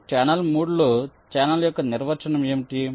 ఇప్పుడు ఛానెల్ 3 లో ఛానెల్ యొక్క నిర్వచనం ఏమిటి